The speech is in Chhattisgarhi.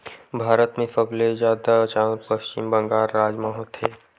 भारत म सबले जादा चाँउर पस्चिम बंगाल राज म होथे